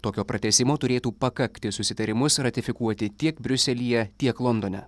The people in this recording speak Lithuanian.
tokio pratęsimo turėtų pakakti susitarimus ratifikuoti tiek briuselyje tiek londone